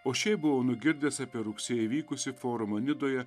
o šiaip buvau nugirdęs apie rugsėjį vykusį forumą nidoje